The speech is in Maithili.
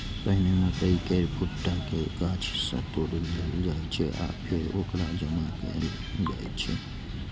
पहिने मकइ केर भुट्टा कें गाछ सं तोड़ि लेल जाइ छै आ फेर ओकरा जमा कैल जाइ छै